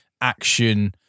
action